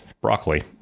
broccoli